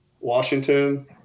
Washington